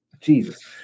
Jesus